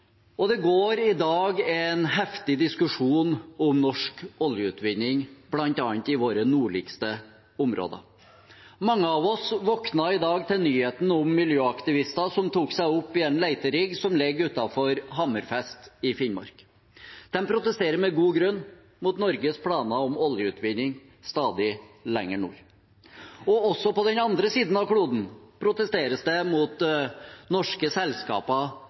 Det går i dag en heftig diskusjon om norsk oljeutvinning, bl.a. i våre nordligste områder. Mange av oss våknet i dag til nyheten om miljøaktivister som tok seg opp i en leterigg som ligger utenfor Hammerfest i Finnmark. De protesterer – med god grunn – mot Norges planer om oljeutvinning stadig lenger nord. Også på den andre siden av kloden protesteres det mot norske